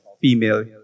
female